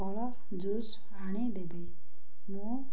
ଫଳ ଜୁସ୍ ଆଣିଦେବେ ମୁଁ